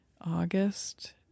August